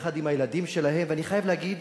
יחד עם הילדים שלהן, ואני חייב להגיד